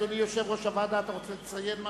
אדוני יושב-ראש הוועדה, אתה רוצה לציין משהו?